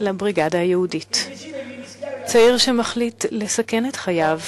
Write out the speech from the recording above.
לבריגדה היהודית, צעיר שמחליט לסכן את חייו,